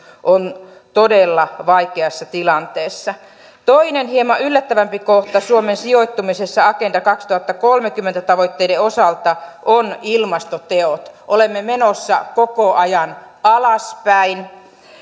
on todella vaikeassa tilanteessa toinen hieman yllättävämpi kohta suomen sijoittumisessa agenda kaksituhattakolmekymmentä tavoitteiden osalta on ilmastoteot olemme menossa koko ajan alaspäin